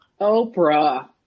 Oprah